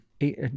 eight